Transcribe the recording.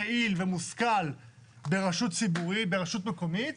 יעיל ומושכל ברשות מקומית,